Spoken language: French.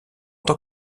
tant